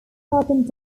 carbon